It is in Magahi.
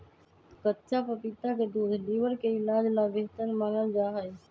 कच्चा पपीता के दूध लीवर के इलाज ला बेहतर मानल जाहई